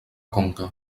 conca